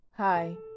Hi